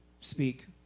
speak